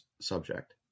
subject